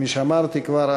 כפי שאמרתי כבר,